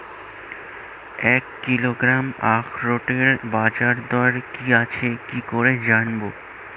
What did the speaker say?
এক কিলোগ্রাম আখরোটের বাজারদর কি আছে কি করে জানবো?